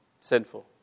Sinful